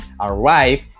arrive